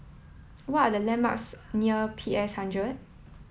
what are the landmarks near P S hundred